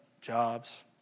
jobs